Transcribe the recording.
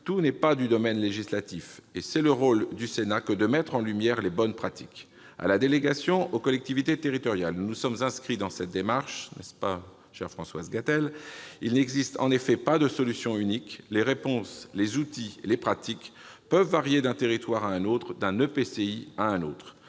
tout n'est pas du domaine législatif » et « c'est le rôle du Sénat que de mettre en lumière les bonnes pratiques ». À la délégation aux collectivités territoriales, nous nous sommes inscrits dans cette démarche- n'est-ce pas, chère Françoise Gatel ? En effet, il n'existe pas de solution unique. Les réponses, les outils, les pratiques peuvent varier d'un territoire à un autre, d'un EPCI à un autre.